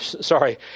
sorry